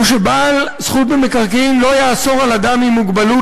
ש"בעל זכות במקרקעין לא יאסור על אדם עם מוגבלות